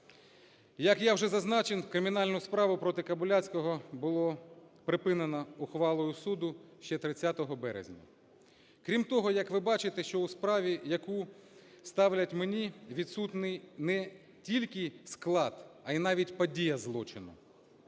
Як я вже зазначив, кримінальну справу проти Кобиляцького було припинено ухвалою суду ще 30 березня. Крім того, як ви бачите, що у справі, яку ставлять мені, відсутній не тільки склад, а й навіть подія злочину.